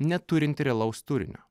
neturinti realaus turinio